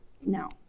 now